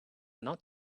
not